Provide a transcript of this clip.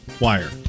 wire